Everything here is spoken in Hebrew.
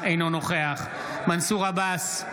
אינו נוכח מנסור עבאס,